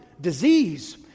disease